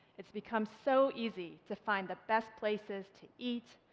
it's become so easy to find the best places to eat,